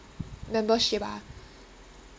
membership ah